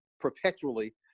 perpetually